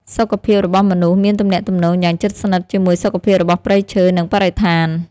សុខភាពរបស់មនុស្សមានទំនាក់ទំនងយ៉ាងជិតស្និទ្ធជាមួយសុខភាពរបស់ព្រៃឈើ និងបរិស្ថាន។